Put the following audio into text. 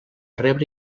rebre